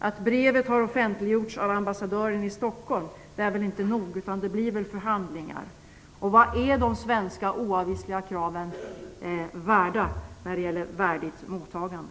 Att brevet har offentliggjorts av ambassadören i Stockholm är väl inte nog? Vad är de svenska oavvisliga kraven värda när det gäller värdigt mottagande?